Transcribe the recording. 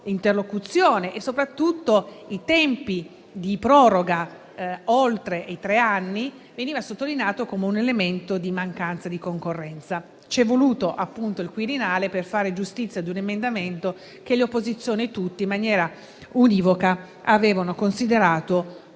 interlocuzione e soprattutto che i tempi di proroga oltre i tre anni fossero un elemento di mancanza di concorrenza. Ci è voluto, appunto, il Quirinale per fare giustizia di un emendamento che tutte le opposizioni - in maniera univoca - avevano considerato